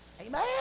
Amen